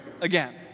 again